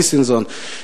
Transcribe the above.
ריסנזון,